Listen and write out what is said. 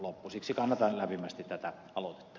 siksi kannatan lämpimästi tätä aloitetta